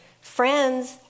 friends